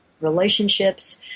relationships